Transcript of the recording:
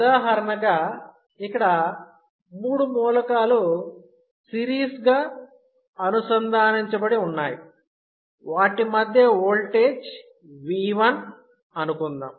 ఉదాహరణగా ఇక్కడ మూడు మూలకాలు సిరీస్గా అనుసంధానించబడి ఉన్నాయి వాటి వద్ద ఓల్టేజ్ V1 అనుకుందాం